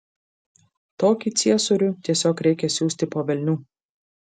tokį ciesorių tiesiog reikia siųsti po velnių